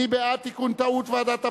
מי בעד תיקון הטעות של ועדת הפנים?